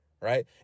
right